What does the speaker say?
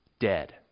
Dead